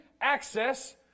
access